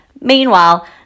Meanwhile